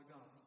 God